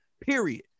period